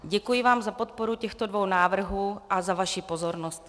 Děkuji vám za podporu těchto dvou návrhů a za vaši pozornost.